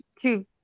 two